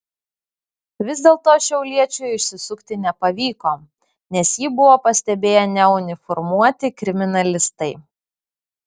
vis dėlto šiauliečiui išsisukti nepavyko nes jį buvo pastebėję neuniformuoti kriminalistai